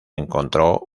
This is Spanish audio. encontró